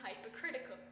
hypocritical